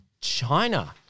China